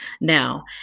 Now